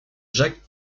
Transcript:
jacques